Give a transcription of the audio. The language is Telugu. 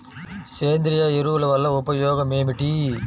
సేంద్రీయ ఎరువుల వల్ల ఉపయోగమేమిటీ?